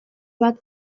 bat